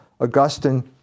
Augustine